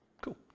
Cool